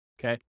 okay